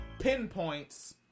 pinpoints